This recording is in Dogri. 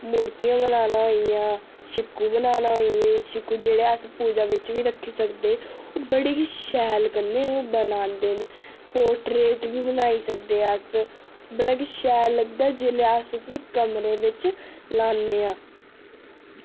मुर्तियां बनाना आइयां छिक्कू बनाना आइयै छिक्कू जेह्ड़े अस पूजा बिच बी रक्खी सकदे ओह् बड़ी शैल कन्नै बनांदे न पोर्ट्रेट बी बनाई सकदे अस बड़ा गै शैल लगदा जेल्लै उसी अस कमरे च लानै आं